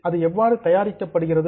அது எவ்வாறு தயாரிக்கப்படுகிறது